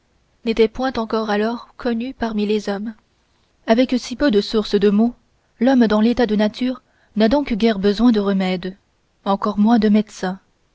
n'étaient point encore alors connues parmi les hommes avec si peu de sources de maux l'homme dans l'état de nature n'a donc guère besoin de remèdes moins encore de médecins